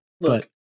Look